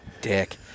dick